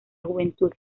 juventud